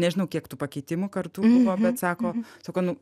nežinau kiek tų pakeitimų kartų buvo bet sako sako nu